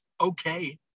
okay